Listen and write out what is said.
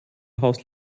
haus